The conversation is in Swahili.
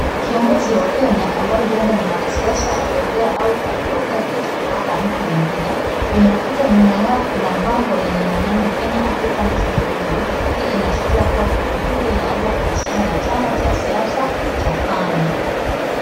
Kiongozi wa Kenya ambaye huenda ni mwanasiasa akiongea au akipokea kitu kutoka kwa mtu mwingine. Kwenye ukuta nyuma yao kuna bango lenye maneno Kenya African National Union. Hii inaashiri kuwa tukio hili linaweza kuhusiana na chama cha siasa cha KANU.